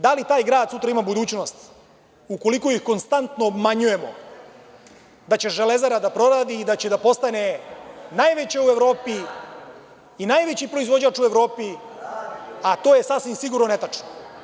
Da li taj grad sutra ima budućnost, ukoliko ih konstantno obmanjujemo da će „Železara“ da proradi i da će da postane najveća u Evropi i najveći proizvođač u Evropi, a to je sasvim sigurno netačno.